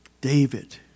David